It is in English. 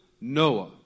Noah